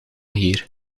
hier